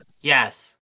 yes